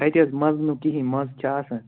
کَتہِ حظ منٛز نہٕ کِہیٖنۍ منٛز چھِ آسان